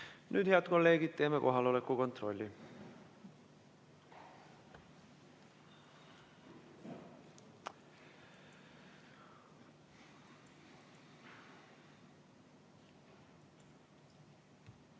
Nüüd, head kolleegid, teeme kohaloleku kontrolli.